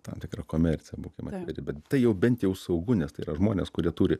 tam tikra komercija būkim atviri bet tai jau bent jau saugu nes tai yra žmonės kurie turi